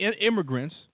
immigrants